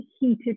heated